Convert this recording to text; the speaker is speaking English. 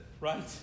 right